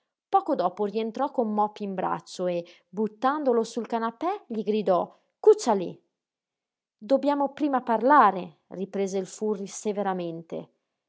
poco dopo rientrò con mopy in braccio e buttandolo sul canapè gli gridò cuccia lí dobbiamo prima parlare riprese il furri severamente